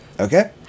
Okay